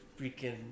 freaking